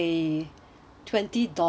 twenty dollars